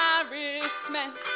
embarrassment